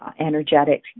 energetic